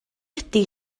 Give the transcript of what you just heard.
ydy